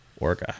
Orga